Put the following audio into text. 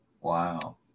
Wow